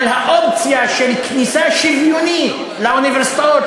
אבל האופציה של כניסה שוויונית לאוניברסיטאות,